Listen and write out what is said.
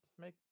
make